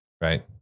Right